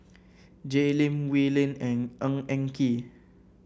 Jay Lim Wee Lin and Ng Eng Kee